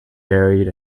buried